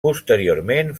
posteriorment